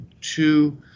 two